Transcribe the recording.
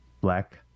black